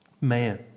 man